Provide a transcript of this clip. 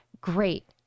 great